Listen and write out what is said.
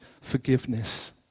forgiveness